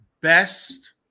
Best